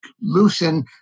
loosen